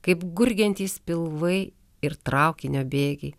kaip gurgiantys pilvai ir traukinio bėgiai